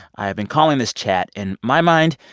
i have been calling this chat, in my mind,